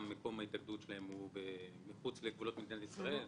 שמקום ההתאגדות שלהן הוא מחוץ לגבולות מדינת ישראל.